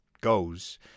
goes